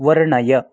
वर्णय